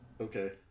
Okay